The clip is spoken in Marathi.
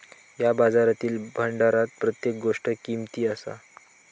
या बाजारातील भांडारात प्रत्येक गोष्ट किमती असा